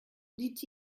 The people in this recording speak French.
dit